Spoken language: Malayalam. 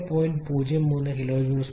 03 kJ kg ആണ്